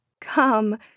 Come